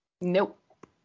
Nope